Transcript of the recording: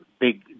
big